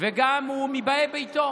וגם הוא מבאי ביתו.